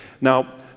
Now